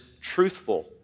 truthful